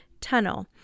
tunnel